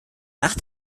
nach